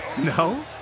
no